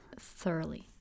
thoroughly